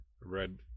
red